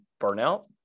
burnout